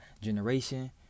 generation